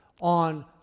on